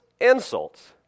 insults